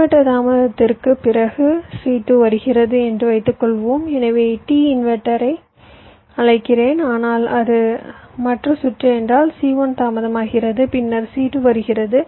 inverter தாமதத்திற்குப் பிறகு c2 வருகிறது என்று வைத்துக்கொள்வோம் எனவே t இன்வெர்டரை அழைக்கிறேன் ஆனால் அது மற்ற சுற்று என்றால் c1 தாமதமாகிறது பின்னர் c2 வருகிறது